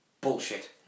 Bullshit